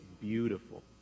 beautiful